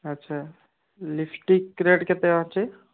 ଆଚ୍ଛା lipstick rate କେତେ ଅଛି